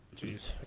Jeez